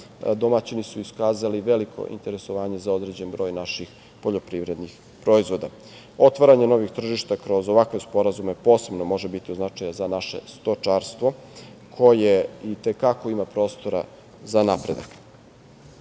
domaćini su iskazali veliko interesovanje za određen broj naših poljoprivrednih proizvoda. Otvaranje novih tržišta kroz ovakve sporazume posebno može biti od značaja za naše stočarstvo koje i te kako ima prostora za napredak. Naravno,